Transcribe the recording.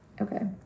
Okay